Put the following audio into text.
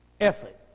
effort